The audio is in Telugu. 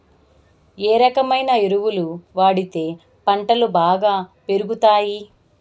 ఏ రకమైన ఎరువులు వాడితే పంటలు బాగా పెరుగుతాయి?